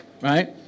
right